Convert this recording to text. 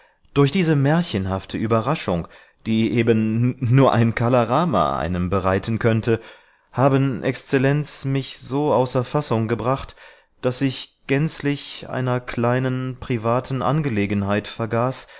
durch diese märchenhafte überraschung die eben nur ein kala rama einem bereiten könnte haben exzellenz mich so außer fassung gebracht daß ich gänzlich einer kleinen privaten angelegenheit vergaß